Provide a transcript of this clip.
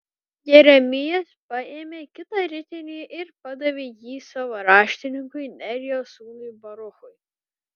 jeremijas paėmė kitą ritinį ir padavė jį savo raštininkui nerijos sūnui baruchui